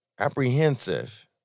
apprehensive